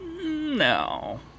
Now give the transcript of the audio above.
no